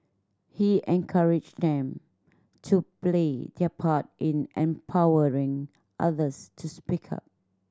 he encouraged them to play their part in empowering others to speak up